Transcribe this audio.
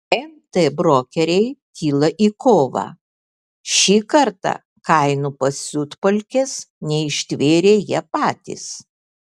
nt brokeriai kyla į kovą šį kartą kainų pasiutpolkės neištvėrė jie patys